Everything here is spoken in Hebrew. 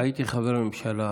הייתי חבר ממשלה אז,